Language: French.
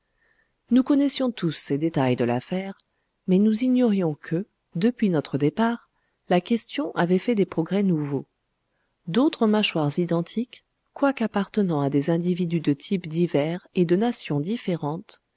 nous connaissions tous ces détails de l'affaire mais nous ignorions que depuis notre départ la question avait fait des progrès nouveaux d'autres mâchoires identiques quoique appartenant à des individus de types divers et de nations différentes